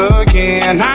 again